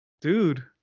Dude